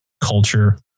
culture